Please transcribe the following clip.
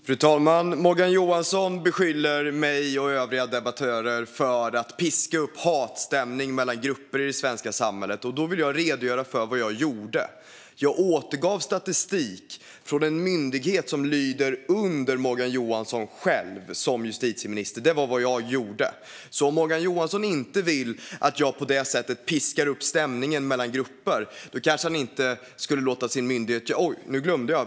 Fru talman! Morgan Johansson beskyller mig och övriga debattörer för att piska upp hatstämning mellan grupper i det svenska samhället. Då vill jag redogöra för vad jag gjorde. Jag återgav statistik från en myndighet som lyder under Morgan Johansson själv som justitieminister. Det var vad jag gjorde. Om Morgan Johansson inte vill att jag på det sättet piskar upp stämningen mellan grupper kanske han inte skulle låta sin myndighet . Oj, nu glömde jag.